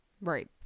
Right